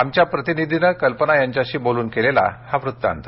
आमच्या प्रतिनिधींनी कल्पना यांच्याशी बोलून केलेला हा वृत्तांत